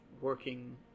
working